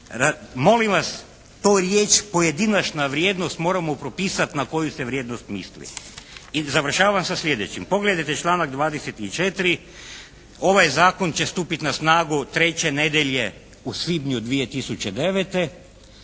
Molim vas, to riječ pojedinačna vrijednost moramo propisat na koju se vrijednost misli. I završavam sa sljedećim. Pogledajte članak 24. Ovaj zakon će stupiti na snagu treće nedjelje u svibnju 2009.